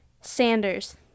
Sanders